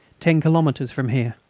ten kilometres from here.